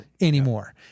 anymore